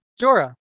Jorah